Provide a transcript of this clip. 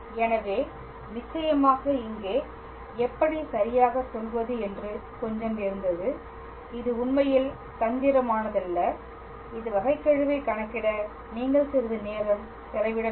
எனவே நிச்சயமாக இங்கே எப்படி சரியாக சொல்வது என்று கொஞ்சம் இருந்தது இது உண்மையில் தந்திரமானதல்ல இந்த வகைக்கெழுவைக் கணக்கிட நீங்கள் சிறிது நேரம் செலவிட வேண்டும்